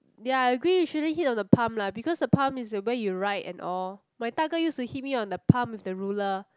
ya I agree you shouldn't hit on the palm lah because the palm is the where you write and all my 大哥 used to hit me on the palm with the ruler